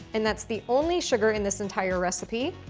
and that's the only sugar in this entire recipe,